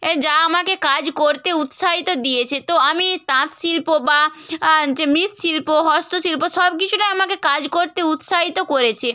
এ যা আমাকে কাজ করতে উৎসাহিত দিয়েছে তো আমি তাঁতশিল্প বা যে মৃৎশিল্প হস্তশিল্প সব কিছুটায় আমাকে কাজ করতে উৎসাহিত করেছে